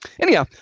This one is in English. anyhow